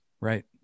Right